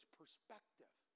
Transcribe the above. perspective